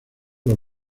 los